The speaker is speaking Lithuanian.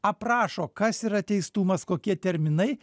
aprašo kas yra teistumas kokie terminai